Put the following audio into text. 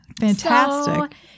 Fantastic